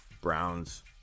Browns